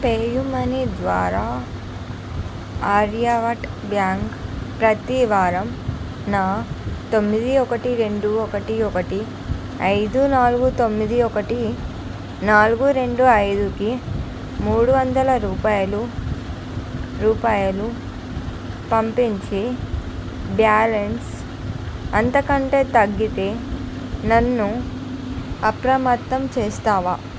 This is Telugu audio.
పేయూ మనీ ద్వారా ఆర్యవర్ట్ బ్యాంక్ ప్రతి వారం నా తొమ్మిది ఒకటి రెండు ఒకటి ఒకటి ఐదు నాలుగు తొమ్మిది ఒకటి నాలుగు రెండు ఐదుకి మూడు వందల రూపాయలు రూపాయలు పంపించి బ్యాలెన్స్ అంతకంటే తగ్గితే నన్ను అప్రమత్తం చేస్తావా